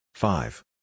Five